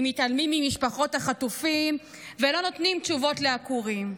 אם מתעלמים ממשפחות החטופים ולא נותנים תשובות לעקורים?